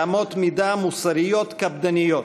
נוהגת באמות מידה מוסריות קפדניות.